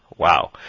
Wow